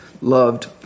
loved